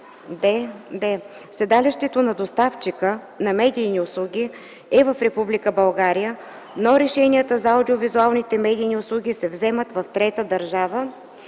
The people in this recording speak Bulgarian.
дд) седалището на доставчика на медийни услуги е в Република България, но решения за аудио-визуалните медийни услуги се вземат в трета държава,